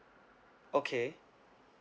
okay